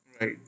Right